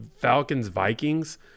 Falcons-Vikings